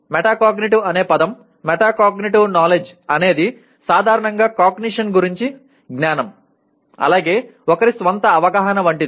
meta cognitive అనే పదం metacognitive knowledge అనేది సాధారణంగా కాగ్నిషన్ గురించిన జ్ఞానం అలాగే ఒకరి స్వంత అవగాహన వంటిది